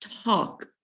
talk